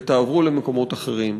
ותעברו למקומות אחרים.